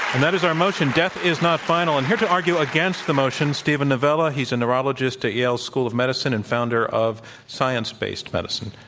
and that is our motion, death is not final. and here to argue against the motion, steven novella. he's a neurologist at yale school of medicine and founder of science based medicine.